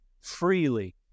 freely